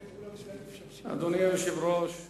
אדוני היושב-ראש,